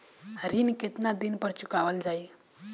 ऋण केतना दिन पर चुकवाल जाइ?